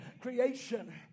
creation